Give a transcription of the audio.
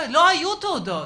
לא היו תעודות,